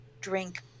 drink